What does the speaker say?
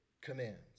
commands